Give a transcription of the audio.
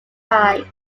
time